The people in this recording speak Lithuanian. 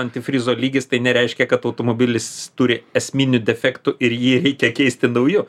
antifrizo lygis tai nereiškia kad automobilis turi esminių defektų ir jį reikia keisti nauju